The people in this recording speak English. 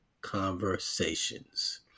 conversations